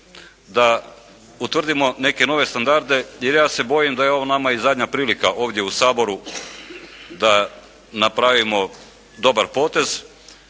da utvrdimo neke nove standarde jer ja se bojim da je ovo nama i zadnja prilika ovdje u Saboru da napravimo dobar potez